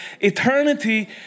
eternity